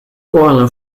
boiler